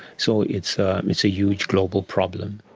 so it's ah it's a huge global problem.